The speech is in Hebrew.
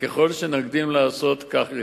וככל שנקדים לעשות כך ייטב.